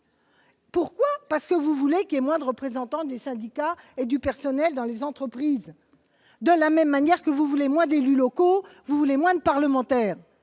et ce parce que vous voulez qu'il y ait moins de représentants des syndicats et du personnel dans les entreprises, de la même manière que vous voulez moins d'élus locaux et moins de parlementaires.